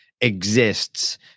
exists